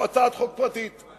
הצעת חוק פרטית.